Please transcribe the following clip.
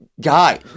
guy